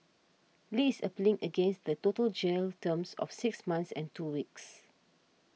Li is appealing against the total jail term of six months and two weeks